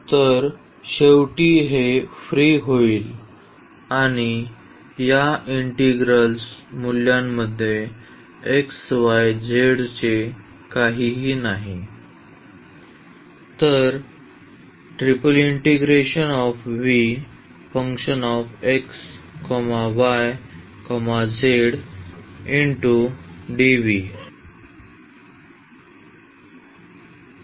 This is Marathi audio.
तर शेवटी हे फ्री होईल या इंटिग्रल्स मूल्यामध्ये xyz चे काहीही नाही